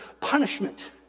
punishment